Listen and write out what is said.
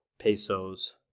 pesos